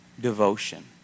devotion